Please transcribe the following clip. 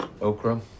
Okra